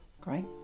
great